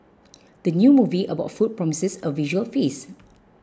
the new movie about food promises a visual feast